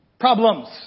Problems